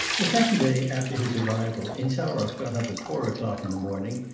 the second day after his arrival, insarov got up at four o'clock in the morning,